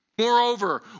Moreover